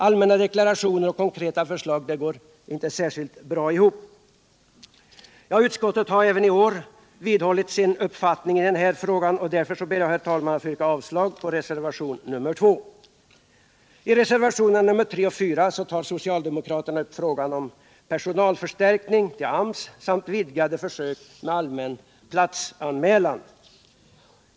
Allmänna deklarationer och konkreta förslag går inte särskilt bra ihop. Utskottet har även i år vidhållit sin uppfattning i den här frågan, och jag ber därför, herr talman, att få yrka avslag på reservation nr 2. I reservationerna nr 3 och 4 tar socialdemokraterna upp frågan om personalförstärkning till AMS samt vidgade försök med allmän platsanmälan.